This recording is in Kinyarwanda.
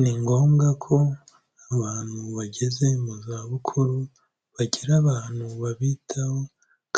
Ni ngombwa ko abantu bageze mu zabukuru bagira abantu babitaho